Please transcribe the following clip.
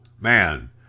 man